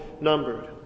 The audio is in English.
numbered